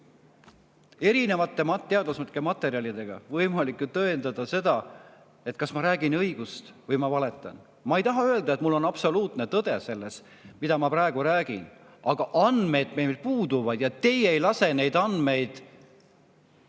erinevate teaduslike materjalidega tõendada, kas ma räägin õigust või ma valetan. Ma ei taha öelda, et selles on absoluutne tõde, mida ma praegu räägin, aga andmed meil puuduvad ja teie ei lase neid andmeid